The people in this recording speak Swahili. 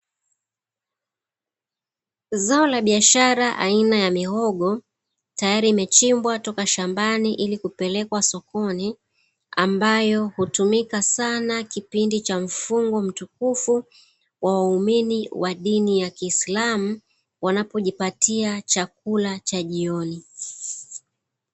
Zao la biashara aina ya mihogo, tayari imechimbwa toka shambani ili kupelekwa sokoni. Ambayo hutumika sana kipindi cha mfungo mtukufu wa waumini wa dini ya kiislamu wanapojipatia chakula cha jioni.